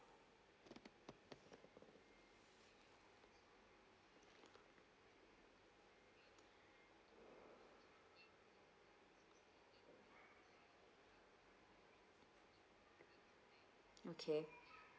okay